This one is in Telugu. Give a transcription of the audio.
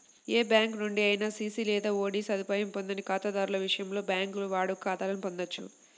ఏ బ్యాంకు నుండి అయినా సిసి లేదా ఓడి సదుపాయం పొందని ఖాతాదారుల విషయంలో, బ్యాంకులు వాడుక ఖాతాలను పొందొచ్చు